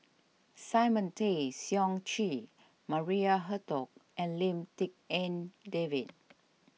Simon Tay Seong Chee Maria Hertogh and Lim Tik En David